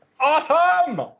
Awesome